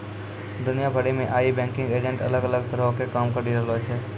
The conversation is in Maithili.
दुनिया भरि मे आइ बैंकिंग एजेंट अलग अलग तरहो के काम करि रहलो छै